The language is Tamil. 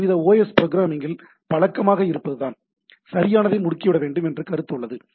ஒருவித ஓஎஸ் புரோகிராமிங்கில் பழக்கமாக இருப்பது தான் சரியானதை முடுக்கிவிட முடியும் என்ற ஒரு கருத்து உள்ளது